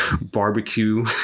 barbecue